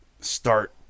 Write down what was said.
start